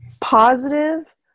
Positive